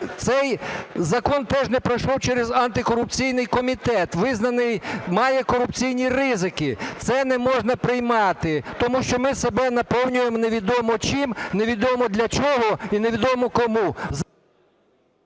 Цей закон теж не пройшов через антикорупційний комітет, визнаний "має корупційні ризики". Це не можна приймати, тому що ми себе наповнюємо невідомо чим, невідомо для чого і невідомо кому…